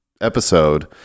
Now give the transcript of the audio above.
episode